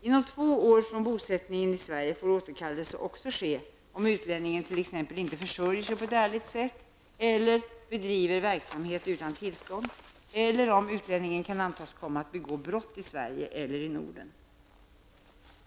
Inom två år från bosättningen i Sverige får återkallelse också ske om utlänningen t.ex. inte försörjer sig på ett ärligt sätt eller bedriver verksamhet utan tillstånd eller om utlänningen kan antas komma att begå brott i Sverige eller i Norden.